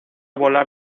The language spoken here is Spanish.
volar